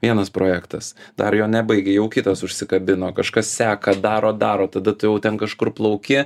vienas projektas dar jo nebaigei jau kitas užsikabino kažkas seka daro daro tada tu jau ten kažkur plauki